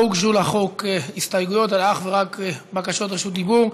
לא הוגשו לחוק הסתייגויות אלא אך ורק בקשות רשות דיבור.